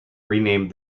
renamed